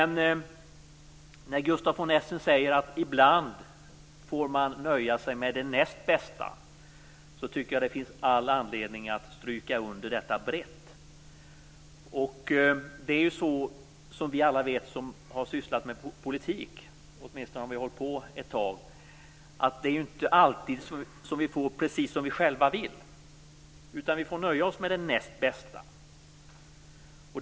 När Gustaf von Essen säger att man ibland får nöja sig med det näst bästa tycker jag att det finns all anledning att brett stryka under detta. Som vi alla som har sysslat med politik vet - åtminstone om vi har hållit på ett tag - är det inte alltid som vi får som vi själva vill. Vi får nöja oss med det näst bästa.